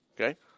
Okay